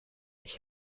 ich